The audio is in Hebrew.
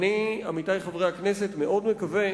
עמיתי חברי הכנסת, אני מאוד מקווה